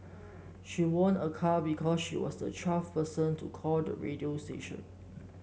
she won a car because she was the twelfth person to call the radio station